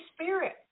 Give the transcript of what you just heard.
Spirit